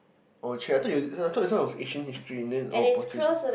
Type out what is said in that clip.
oh !chey! I thought you I thought this one was ancient history in the end Portuguese